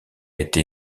été